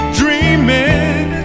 dreaming